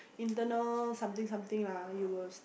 internal something something lah you will